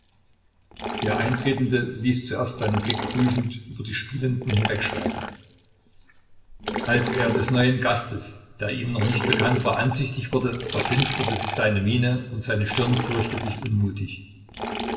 der eintretende ließ zuerst seinen blick prüfend über die spielenden hinschweifen als er des neuen gastes der ihm noch nicht bekannt war ansichtig wurde verfinsterte sich seine miene und seine stirn furchte sich unmutig